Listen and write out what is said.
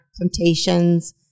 Temptations